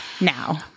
now